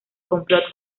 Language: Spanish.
complot